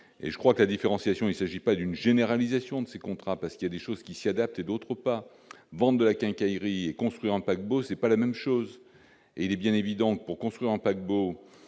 et je crois que la différenciation, il s'agit. Pas d'une généralisation de ces contrats parce qu'il y a des choses qui s'y adapter, d'autres pas, bande de la quincaillerie et construire un paquebot, c'est pas la même chose et il est bien évident que pour construire un paquebot